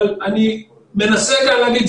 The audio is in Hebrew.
אבל אני מנסה כאן להגיד,